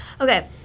Okay